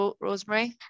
Rosemary